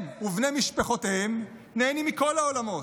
הם ובני משפחותיהם נהנים מכל העולמות.